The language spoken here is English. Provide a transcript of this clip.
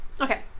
Okay